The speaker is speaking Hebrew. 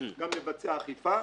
גם לבצע אכיפה.